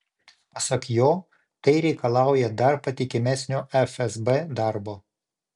pasak jo tai reikalauja dar patikimesnio fsb darbo